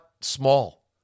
small